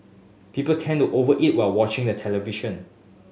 people tend to over eat while watching the television